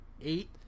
eight